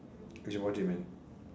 you should watch it man